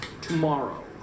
tomorrow